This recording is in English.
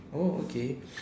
oh okay